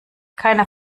keiner